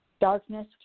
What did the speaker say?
Darkness